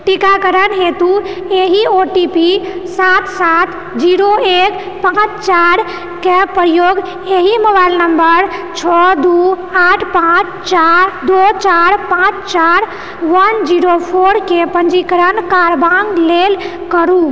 टीकाकरण हेतु एहि ओ टी पी सात सात जीरो एक पाँच चारि के प्रयोग एहि मोबाइल नंबर छओ दू आठ पाँच चारि दू चार पाँच चारि वन जीरो फोर केँ पञ्जीकरण करबाँके लेल करू